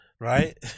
right